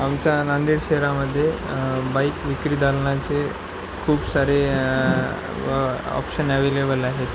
आमच्या नांदेड शहरामध्ये बाईक विक्री दालनाचे खूप सारे ऑप्शन ॲवेलेबल आहेत